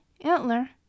Antler